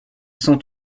sont